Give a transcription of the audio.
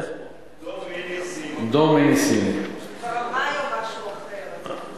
היא כבר אמרה היום משהו אחר.